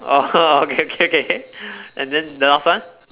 oh okay okay okay and then the last one